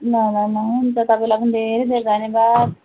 ल ल ल हुन्छ तपाईँलाई पनि धेरै धेरै धन्यवाद